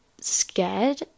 scared